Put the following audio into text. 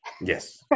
Yes